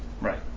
right